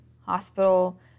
hospital